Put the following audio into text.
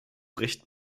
recht